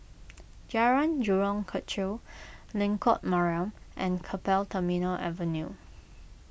Jalan Jurong Kechil Lengkok Mariam and Keppel Terminal Avenue